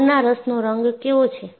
ગોળના રસનો રંગ કેવો છે